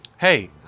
hey